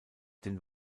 den